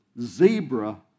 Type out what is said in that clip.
zebra